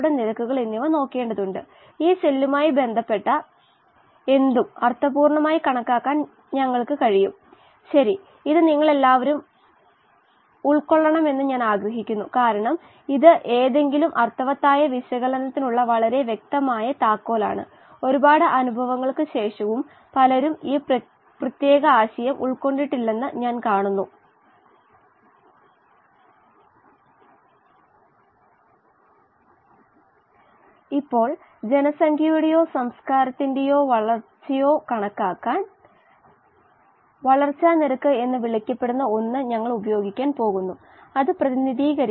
ഇപ്പോൾ നമുക്ക് ഓക്സിജൻ വിതരണത്തിന്റെ വിശദാംശങ്ങൾ നോക്കാം ഞാൻ ഈ അർദ്ധഗോളം അല്ലെങ്കിൽ ഒരു അർദ്ധവൃത്തം വരച്ചിരിക്കുന്നു ഇത് ഒരു വൃത്തത്തിൽ ആണ് അത് ഒരു വായു കുമിളയെ പ്രതിനിധീകരിക്കുന്നു ഞാൻ ഇതിനെ ഏകദേശം 2 മാനങ്ങളിൽ പ്രതിനിധീകരിക്കുന്നു